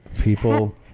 people